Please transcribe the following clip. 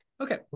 Okay